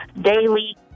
daily